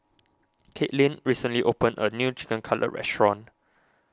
Katelyn recently opened a new Chicken Cutlet restaurant